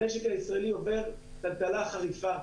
המשק הישראלי עובר טלטלה חריפה.